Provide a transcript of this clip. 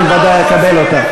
אני בוודאי אקבל אותה.